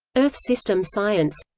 earth system science